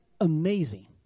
amazing